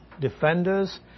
defenders